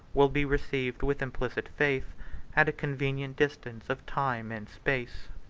will be received with implicit faith at a convenient distance of time and space.